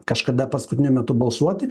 kažkada paskutiniu metu balsuoti